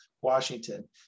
Washington